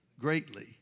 greatly